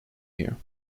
here